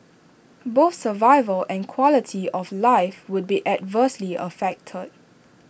both survival and quality of life would be adversely affected